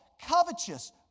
covetous